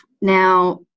Now